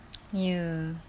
ya